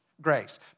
Grace